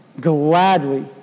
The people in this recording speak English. gladly